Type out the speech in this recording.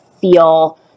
feel